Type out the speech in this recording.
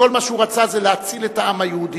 כל מה שהוא רצה זה להציל את העם היהודי,